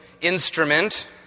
instrument